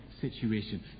situation